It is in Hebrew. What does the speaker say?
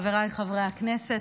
חבריי חברי הכנסת,